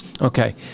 Okay